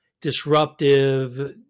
Disruptive